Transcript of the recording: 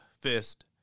fist